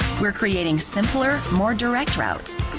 we're creating simpler, more direct routes,